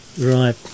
right